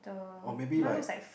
orh maybe like